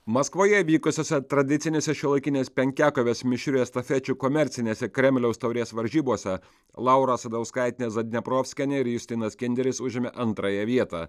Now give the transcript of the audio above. maskvoje vykusiose tradicinėse šiuolaikinės penkiakovės mišrių estafečių komercinėse kremliaus taurės varžybose laura asadauskaitė zadneprovskienė ir justinas kinderis užėmė antrąją vietą